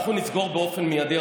אנחנו נסגור באופן מיידי,